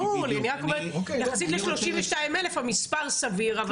יחסית ל-32,000 המספר סביר.